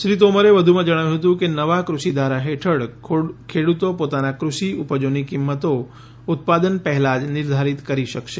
શ્રી તોમરે વધુમાં જણાવ્યું હતું કે નવા કૃષિ ધારા હેઠળ ખેડૂતો પોતાના ક્રષિ ઉપજોની કિંમતો ઉત્પાદન પહેલા જ નિર્ધારીત કરી શકશે